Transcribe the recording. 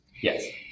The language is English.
Yes